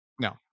No